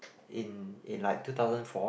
in in like two thousand four